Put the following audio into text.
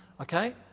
Okay